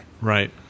Right